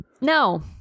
No